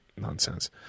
nonsense